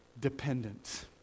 dependent